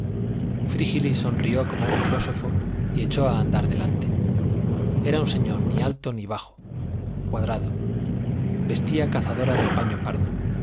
piensa frígilis sonrió como un filósofo y echó a andar delante era un señor ni alto ni bajo cuadrado vestía cazadora de paño pardo